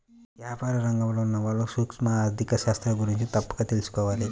వ్యాపార రంగంలో ఉన్నవాళ్ళు సూక్ష్మ ఆర్ధిక శాస్త్రం గురించి తప్పక తెలుసుకోవాలి